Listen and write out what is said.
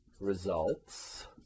results